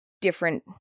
different